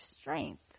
strength